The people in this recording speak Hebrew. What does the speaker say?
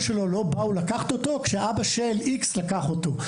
שלו לא באו לקחת אותו כשאבא של X לקח אותו.